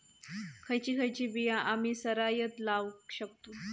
खयची खयची बिया आम्ही सरायत लावक शकतु?